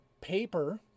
paper